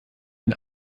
den